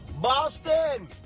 Boston